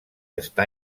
està